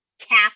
Tap